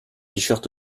shirt